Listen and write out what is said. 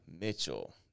Mitchell